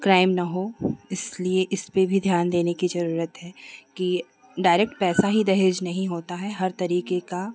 crime न हो इसलिए इस पर भी ध्यान देने की ज़रूरत है की डाइरेक्ट पैसा ही दहेज नहीं होता है हर तरीके का